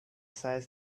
size